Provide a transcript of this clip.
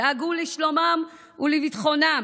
דאגו לשלומם ולביטחונם,